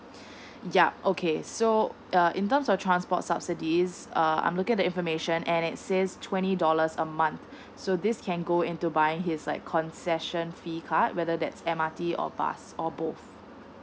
yeah okay so err in terms of transport subsidies uh I'm looking at the information and it says twenty dollars a month so this can go into by his like concession fee card whether that's M R T or pass or both